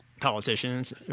Politicians